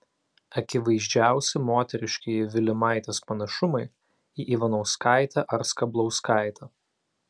akivaizdžiausi moteriškieji vilimaitės panašumai į ivanauskaitę ar skablauskaitę